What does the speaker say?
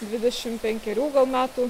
dvidešim penkerių gal metų